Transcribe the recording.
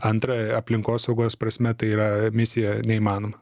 antra aplinkosaugos prasme tai yra misija neįmanoma